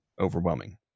overwhelming